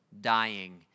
dying